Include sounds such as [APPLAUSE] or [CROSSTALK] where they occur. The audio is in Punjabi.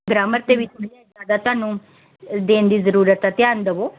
ਗਰਾਮਰ ਦੇ ਵਿੱਚ [UNINTELLIGIBLE] ਸਾਡਾ ਤੁਹਾਨੂੰ ਦੇਣ ਦੀ ਜ਼ਰੂਰਤ ਆ ਧਿਆਨ ਦੇਵੋ